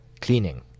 cleaning